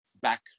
back